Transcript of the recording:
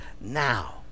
now